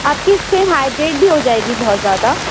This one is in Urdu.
آپ کی اسکین ہائی جیک بھی ہو جائے گی بہت زیادہ